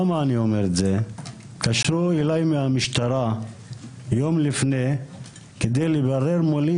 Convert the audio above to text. אני אומר את זה כי התקשרו אלי מהמשטרה יום לפני כדי לברר מולי